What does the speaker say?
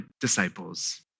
disciples